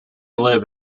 live